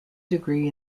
degree